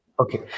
Okay